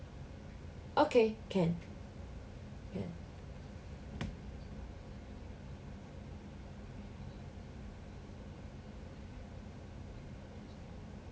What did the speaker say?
okay can can